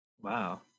Wow